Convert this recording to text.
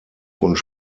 wurden